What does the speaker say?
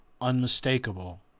unmistakable